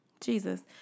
Jesus